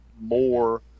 more